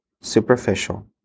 superficial